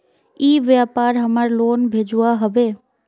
ई व्यापार हमार लोन भेजुआ हभे?